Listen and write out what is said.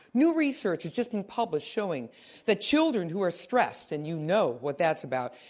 new research has just been published showing that children who are stressed, and you know what that's about,